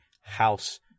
house